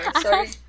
Sorry